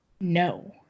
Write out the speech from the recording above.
No